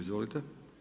Izvolite.